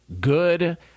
good